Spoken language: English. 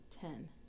ten